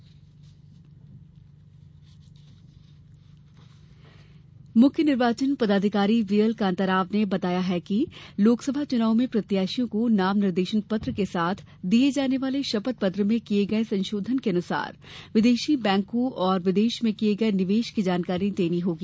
शपथ पत्र मुख्य निर्वाचन पदाधिकारी वीएल कांताराव ने बताया है कि लोकसभा चुनाव में प्रत्याशियों को नाम निर्देशन पत्र के साथ दिये जाने वाले शपथ पत्र में किये गए संशोधन के अनुसार विदेशी बैंकों और विदेश में किये गये निवेश की जानकारी देनी होगी